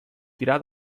tirà